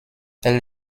elle